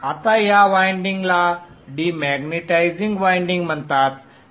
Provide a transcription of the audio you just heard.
आता ह्या वायंडिंगला डिमॅग्नेटिझिंग वायंडिंग म्हणतात